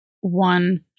one